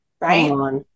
right